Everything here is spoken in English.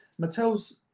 mattel's